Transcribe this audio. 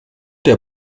der